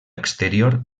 exterior